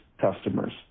customers